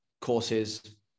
courses